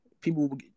people